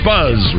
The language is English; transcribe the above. Buzz